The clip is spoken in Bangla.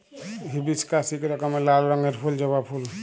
হিবিশকাস ইক রকমের লাল রঙের ফুল জবা ফুল